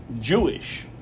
Jewish